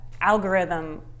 algorithm